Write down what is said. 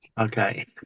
Okay